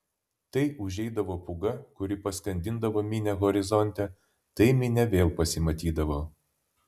tai užeidavo pūga kuri paskandindavo minią horizonte tai minia vėl pasimatydavo